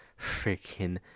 freaking